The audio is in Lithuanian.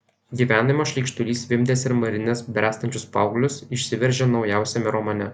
gyvenimo šleikštulys vimdęs ir marinęs bręstančius paauglius išsiveržė naujausiame romane